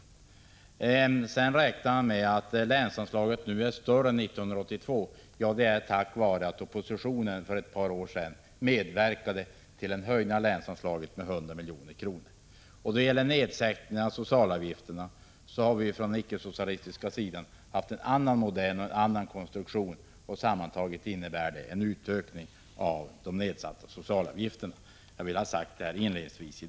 Industriministern gjorde också gällande att länsanslaget nu är större än 1982. Ja, det beror på att oppositionen för ett par år sedan medverkade till en höjning av länsanslaget med 100 milj.kr. Vi från den icke-socialistiska sidan har vidare haft en annan konstruktion när det gällt nedsättningar av socialavgifterna. Sammantaget innebär detta en utökning av de nedsatta socialavgifterna. Herr talman!